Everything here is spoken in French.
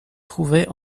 trouvait